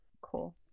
Cool